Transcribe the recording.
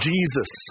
Jesus